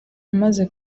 amaze